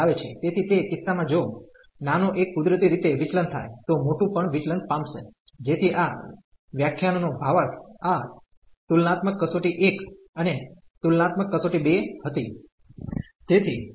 તેથી તે કિસ્સામાં જો નાનો એક કુદરતી રીતે વિચલન થાય તો મોટું પણ વિચલન પામશે જેથી આ વ્યાખ્યાનનો ભાવાર્થ આ તુલનાત્મક કસોટી 1 અને તુલનાત્મક કસોટી 2 હતી